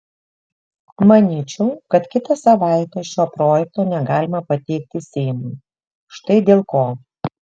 manyčiau kad kitą savaitę šio projekto negalima pateikti seimui štai dėl ko